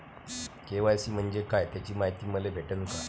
KYC म्हंजे काय त्याची मायती मले भेटन का?